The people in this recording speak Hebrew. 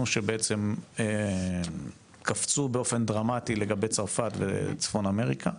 שבעצם קפצו באופן דרמטי לגבי צרפת וצפון אמריקה,